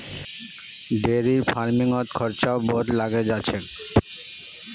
dairy फ़ार्मिंगत खर्चाओ बहुत लागे जा छेक